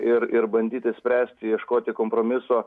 ir ir bandyti spręsti ieškoti kompromiso